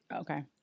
Okay